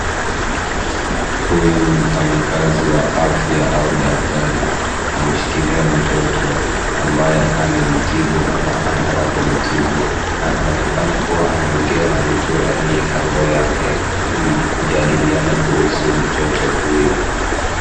Huyu ni mfanyikazi wa afya au daktari, ameshikilia mtoto ambaye amemtibu au anataka kumtibu na anaonekana kuwa anaongea na mtu aliye kando yake kujandiliana kuhusu mtoto huyo.